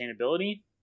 sustainability